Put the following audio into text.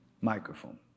microphone